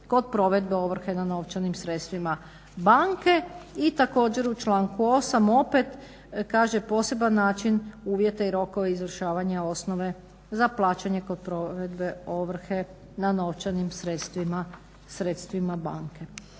kod provedbe ovrhe nad novčanim sredstvima banke. I također u članku 8. opet kaže poseban način uvjeta i rokovi izvršavanja osnove za plaćanje kod provedbe ovrhe na novčanim sredstvima banke.